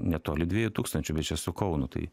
netoli dviejų tūkstančių su kaunu tai